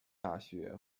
大学